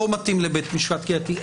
לא מתאים לבית משפט קהילתי.